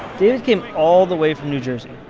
david came all the way from new jersey.